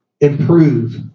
improve